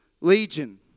Legion